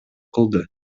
кылды